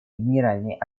генеральной